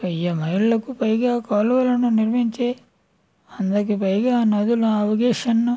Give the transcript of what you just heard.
వెయ్యి మైళ్లకు పైగా కొలువును నిర్మించే వందకు పైగా నదుల నావిగేషన్ను